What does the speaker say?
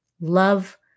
love